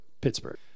Pittsburgh